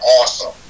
awesome